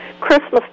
Christmas